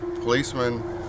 policemen